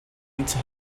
into